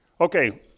Okay